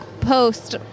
post